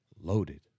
loaded